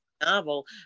novel